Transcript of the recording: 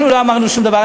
אנחנו לא אמרנו שום דבר,